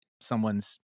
someone's